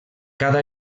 cada